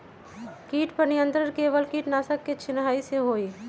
किट पर नियंत्रण केवल किटनाशक के छिंगहाई से होल?